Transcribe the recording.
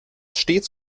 stets